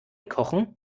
kochen